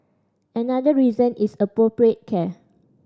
another reason is appropriate care